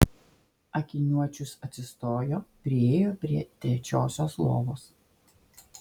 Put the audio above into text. akiniuočius atsistojo priėjo prie trečiosios lovos